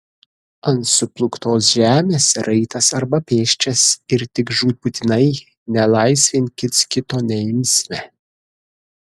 ant suplūktos žemės raitas arba pėsčias ir tik žūtbūtinai nelaisvėn kits kito neimsime